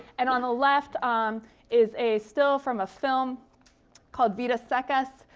and on the left um is a still from a film called vidas secas,